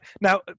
Now